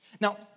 Now